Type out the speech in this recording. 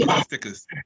stickers